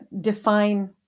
define